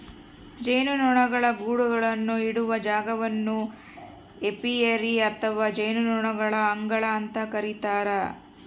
ಜೇನುನೊಣಗಳ ಗೂಡುಗಳನ್ನು ಇಡುವ ಜಾಗವನ್ನು ಏಪಿಯರಿ ಅಥವಾ ಜೇನುನೊಣಗಳ ಅಂಗಳ ಅಂತ ಕರೀತಾರ